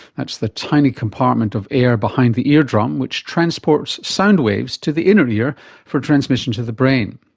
that's the tiny compartment of air behind the ear drum which transports sound waves to the inner ear for transmission to the brain.